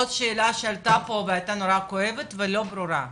עוד שאלה שעלתה פה והייתה נורא כואבת ולא ברורה,